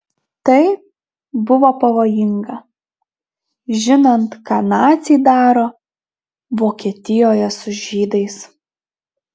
tai buvo pavojinga žinant ką naciai daro vokietijoje su žydais